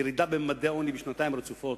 ירידה בממדי העוני בשנתיים רצופות,